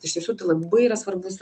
iš tiesų tai labai yra svarbus